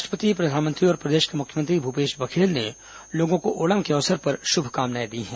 राष्ट्रपति प्रधानमंत्री और प्रदेश के मुख्यमंत्री भूपेश बघेल ने लोगों को ओणम के अवसर पर शुभकामनाएं दी हैं